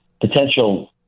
potential